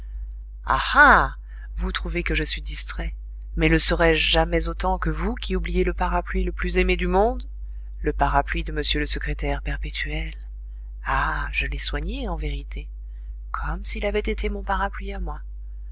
vous trouvez que je suis distrait mais le serai-je jamais autant que vous qui oubliez le parapluie le plus aimé du monde le parapluie de m le secrétaire perpétuel ah je l'ai soigné en vérité comme s'il avait été mon parapluie à moi